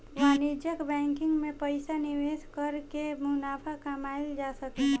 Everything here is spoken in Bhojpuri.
वाणिज्यिक बैंकिंग में पइसा निवेश कर के मुनाफा कमायेल जा सकेला